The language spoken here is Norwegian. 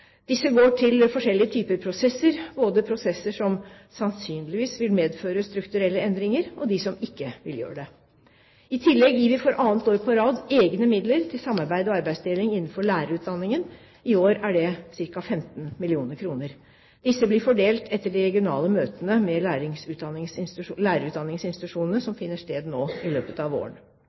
Disse går til forskjellige typer prosesser, både prosesser som sannsynligvis vil medføre strukturelle endringer, og prosesser som ikke vil gjøre det. I tillegg gir vi for annet år på rad egne midler til samarbeid og arbeidsdeling innenfor lærerutdanningen. I år er det ca. 15 mill. kr. Disse blir fordelt etter de regionale møtene med lærerutdanningsinstitusjonene, som finner sted nå i løpet av våren.